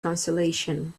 consolation